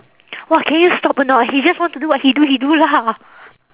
!wah! can you stop or not he just want to do what he do he do lah